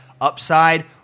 upside